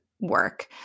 work